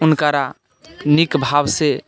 हुनकरा नीक भावसँ